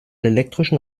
elektrischen